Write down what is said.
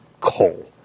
coal